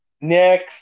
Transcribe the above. Next